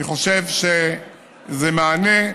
אני חושב שזה מענה,